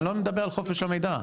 אני לא מדבר על חופש המידע,